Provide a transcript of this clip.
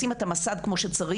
לשים את המס"ד כמו שצריך,